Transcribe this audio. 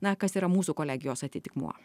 na kas yra mūsų kolegijos atitikmuo